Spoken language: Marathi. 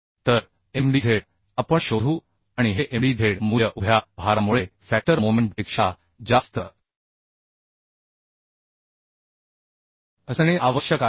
तर mdz आपण शोधू आणि हे mdz मूल्य उभ्या भारामुळे फॅक्टर मोमेंटपेक्षा जास्त असणे आवश्यक आहे